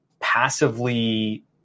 passively